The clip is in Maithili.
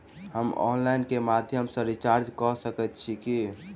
हम ऑनलाइन केँ माध्यम सँ रिचार्ज कऽ सकैत छी की?